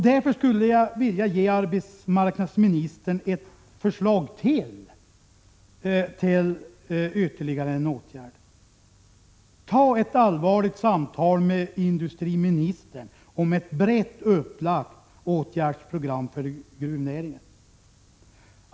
Jag skulle därför vilja ge arbetsmarknadsministern ett förslag till ytterligare en åtgärd: Ta ett allvarligt samtal med industriministern om ett brett upplagt åtgärdsprogram för gruvnäringen!